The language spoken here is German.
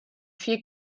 vier